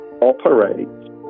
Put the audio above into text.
operate